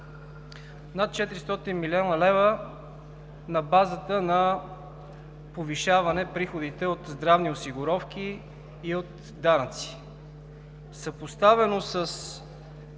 Над 400 млн. лв. на базата на повишаване приходите от здравни осигуровки и от данъци. Съпоставено с